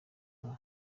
nka